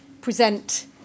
present